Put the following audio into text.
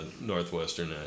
Northwestern